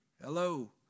Hello